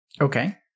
Okay